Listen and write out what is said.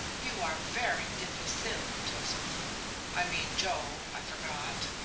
you are very difficile, josephi i mean joe, i forgot.